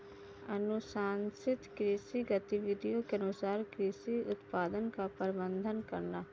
अनुशंसित कृषि गतिविधियों के अनुसार कृषि उत्पादन का प्रबंधन करना